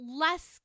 less